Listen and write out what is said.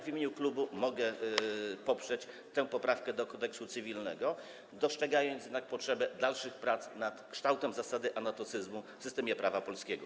W imieniu klubu mogę poprzeć tę poprawkę do Kodeksu cywilnego, dostrzegając jednak potrzebę dalszych prac nad kształtem zasady anatocyzmu w systemie prawa polskiego.